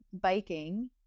biking